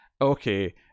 okay